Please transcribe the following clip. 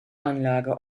anlage